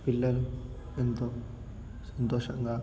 పిల్లలు ఎంతో సంతోషంగా